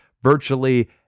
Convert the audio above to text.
Virtually